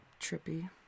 trippy